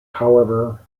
however